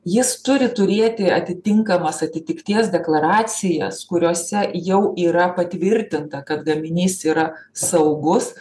jis turi turėti atitinkamas atitikties deklaracijas kuriose jau yra patvirtinta kad gaminys yra saugus